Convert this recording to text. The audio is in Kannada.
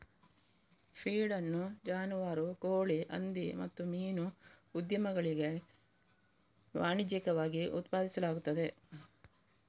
ಫೀಡ್ ಅನ್ನು ಜಾನುವಾರು, ಕೋಳಿ, ಹಂದಿ ಮತ್ತು ಮೀನು ಉದ್ಯಮಗಳಿಗೆ ವಾಣಿಜ್ಯಿಕವಾಗಿ ಉತ್ಪಾದಿಸಲಾಗುತ್ತದೆ